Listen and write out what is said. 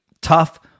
tough